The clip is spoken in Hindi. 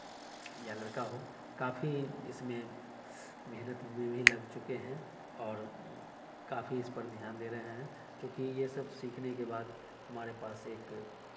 या लड़का हो काफ़ी इसमें मेहनत भी भी लग चुके हैं और काफ़ी इस पर ध्यान दे रहे हैं क्योंकि यह सब सीखने के बाद हमारे पास एक